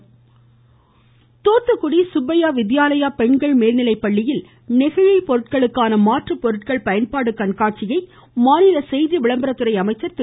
கடம்பூர் ராஜு தூத்துக்குடி சுப்பையா வித்யாலயா பெண்கள் மேல்நிலைப்பள்ளியில் நெகிழி பொருட்களுக்கான மாற்றுப் பொருட்கள் பயன்பாடு கண்காட்சியை மாநில செய்தி விளம்பரத்துறை அமைச்சர் திரு